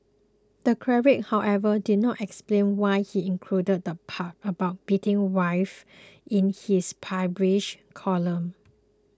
the cleric however did not explain why he included the part about beating wives in his published column